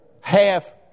half